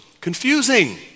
confusing